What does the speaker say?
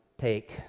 take